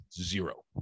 Zero